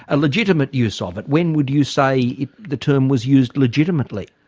a legitimate use of it. when would you say the term was used legitimately?